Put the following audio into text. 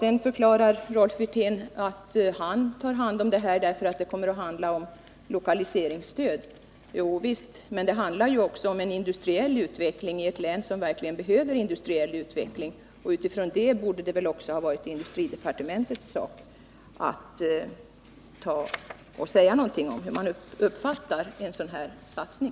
Sedan förklarar Rolf Wirtén att han tar hand om detta ärende därför att det kommer att handla om lokaliseringsstöd. Jo visst, men det handlar ju också om en industriell utveckling i ett län som verkligen behöver industriell utveckling, och därför borde det väl också ha varit industriministerns sak att säga något om hur man uppfattar en sådan här satsning.